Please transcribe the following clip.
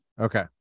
Okay